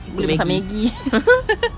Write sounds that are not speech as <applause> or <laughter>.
Maggi <laughs>